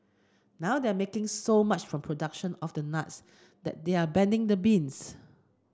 now they're making so much from production of the nuts that they're abandoning the beans